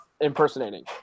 impersonating